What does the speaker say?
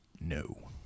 no